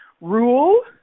rule